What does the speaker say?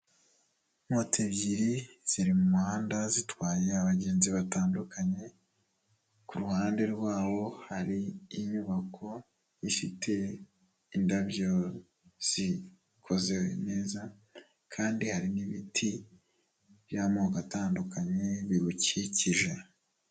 Moto ebyiri ziri mu muhanda, zitwaye abagenzi batandukanye, ku ruhande rwawo hari inyubako ifite indabyo zikoze neza kandi hari n'ibiti by'amoko atandukanye biwukikije.